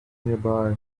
nearby